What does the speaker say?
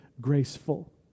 graceful